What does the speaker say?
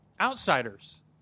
outsiders